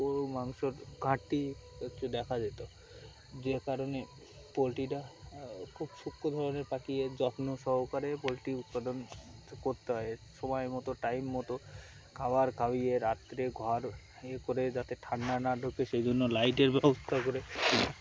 গরু মাংস ঘাটতি হচ্ছেু দেখা যেত যে কারণে পোলট্রিটা খুব সূক্ষ্মো ধরনের পাকিয়ে যত্ন সহকারে পোলট্রি উৎপাদন করতে হয় সময় মতো টাইম মতো খাবার খাওয়িয়ে রাত্রে ঘর ইয়ে করে যাতে ঠান্ডা না ঢোকে সেই জন্য লাইটের ব্যবস্থা করে